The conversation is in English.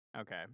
Okay